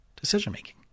decision-making